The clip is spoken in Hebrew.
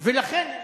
ולכן,